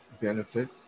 benefit